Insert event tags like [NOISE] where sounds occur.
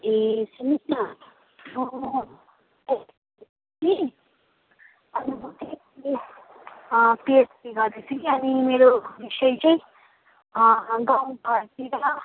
ए सुन्नुहोस् न [UNINTELLIGIBLE] अनि मेरो विषय चाहिँ अँ गाउँघरतिर